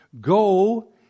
go